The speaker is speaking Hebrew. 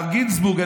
מר גינזבורג,